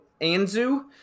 Anzu